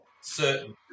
certain